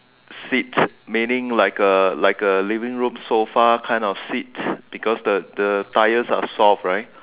seat meaning like a like a living room sofa kind of seat because the the tyres are soft right